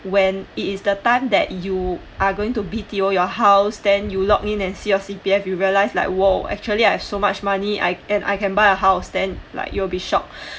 when it is the time that you are going to B_T_O your house then you log in and see your C_P_F and like !whoa! actually I have so much money I can buy a house then like you will be shocked